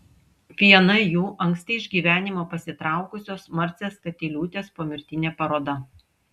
viena jų anksti iš gyvenimo pasitraukusios marcės katiliūtės pomirtinė paroda